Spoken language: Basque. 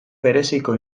bereziko